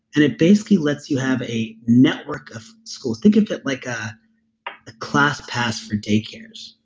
and it basically lets you have a network of schools. think of it like ah a class pass for daycares.